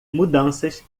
mudanças